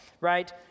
right